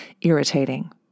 irritating